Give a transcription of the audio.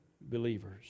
believers